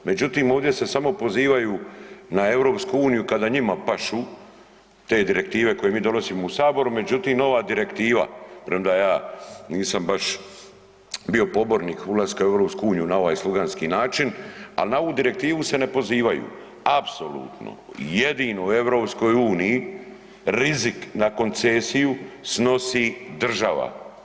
Međutim ovdje se samo pozivaju na EU kada njima pašu te direktive koje mi donosimo u Saboru međutim ova direktiva premda ja nisam baš bio pobornik ulaska u EU na ovaj sluganski način ali na ovu direktivu se ne pozivaju, apsolutno i jedino u EU rizik na koncesiju snosi država.